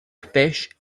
fish